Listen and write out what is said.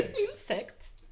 Insects